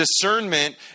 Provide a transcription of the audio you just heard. discernment